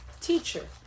teacher